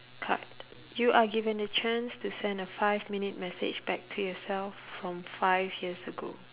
card you are given a chance to send a five minute message back to yourself from five years ago